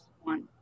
one